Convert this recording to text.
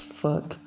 fuck